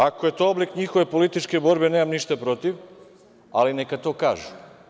Ako je to oblik njihove političke borbe, nemam ništa protiv, ali neka to kažu.